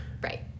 Right